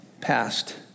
past